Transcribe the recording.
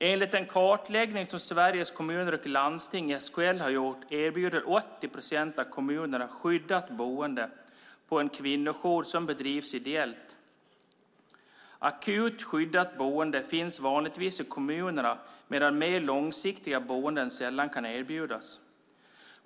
Enligt en kartläggning som Sveriges Kommuner och Landsting, SKL, har gjort erbjuder 80 procent av kommunerna skyddat boende på en kvinnojour som bedrivs ideellt. Akut skyddat boende finns vanligtvis i kommunerna medan mer långsiktigt boende sällan kan erbjudas.